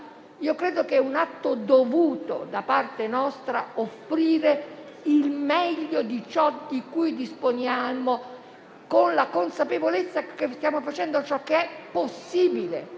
Ritengo sia un atto dovuto da parte nostra offrire il meglio di ciò di cui disponiamo, con la consapevolezza che stiamo facendo ciò che è possibile.